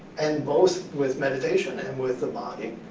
and both with meditation and with the body,